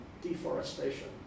deforestation